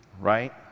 right